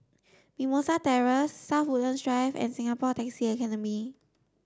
Mimosa Terrace South Woodland Drive and Singapore Taxi Academy